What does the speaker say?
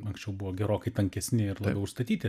anksčiau buvo gerokai tankesni ir labiau užstatyti